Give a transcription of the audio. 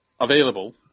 available